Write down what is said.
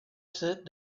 sit